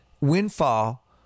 windfall